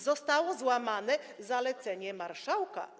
Zostało złamane zalecenie marszałka.